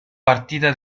partida